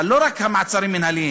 אבל לא רק המעצרים המינהליים,